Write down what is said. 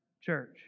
Church